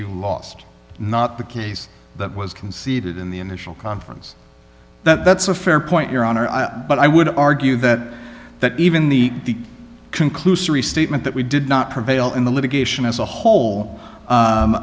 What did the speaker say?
you lost not the case that was conceded in the initial conference that's a fair point your honor but i would argue that that even the conclusory statement that we did not prevail in the litigation as a whole